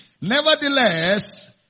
Nevertheless